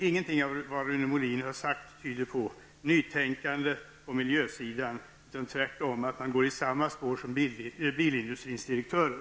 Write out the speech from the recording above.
Ingenting av det som Rune Molin har sagt tyder på något nytänkande på miljösidan, utan man går tvärtom i samma spår som bilindustrins direktörer.